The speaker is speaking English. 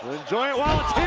enjoy it while it's